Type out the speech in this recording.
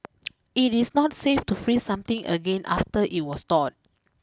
it is not safe to freeze something again after it was thawed